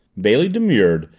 bailey demurred,